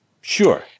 Sure